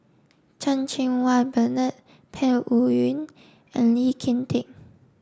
Chan Cheng Wah Bernard Peng Yuyun and Lee Kin Tat